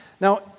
Now